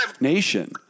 nation